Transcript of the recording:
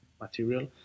material